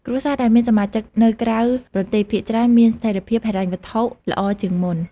គ្រួសារដែលមានសមាជិកនៅក្រៅប្រទេសភាគច្រើនមានស្ថេរភាពហិរញ្ញវត្ថុល្អជាងមុន។